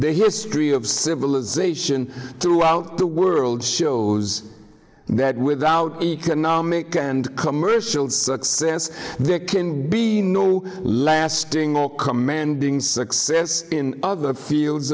the history of civilization throughout the world shows that without economic and commercial success there can be no lasting or commanding success in other fields